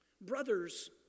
brothers